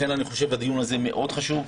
לכן הדיון הזה מאוד חשוב.